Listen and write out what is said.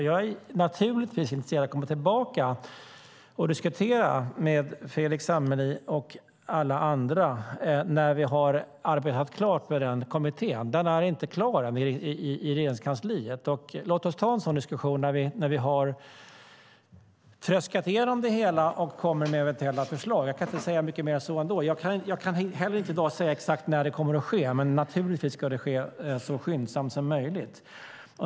Jag är naturligtvis intresserad av att komma tillbaka och diskutera med Fredrik Lundh Sammeli och alla andra när vi har arbetat klart med kommitténs betänkande. Det är inte klart än i Regeringskansliet. Låt oss ta en sådan diskussion när vi har tröskat igenom det hela och kommer med eventuella förslag. Jag kan inte säga mycket mer än så. Jag kan heller inte i dag säga exakt när det kommer att ske, men naturligtvis ska det ske så skyndsamt som möjligt.